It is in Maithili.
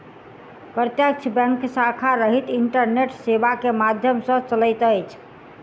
प्रत्यक्ष बैंक शाखा रहित इंटरनेट सेवा के माध्यम सॅ चलैत अछि